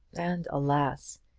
and alas!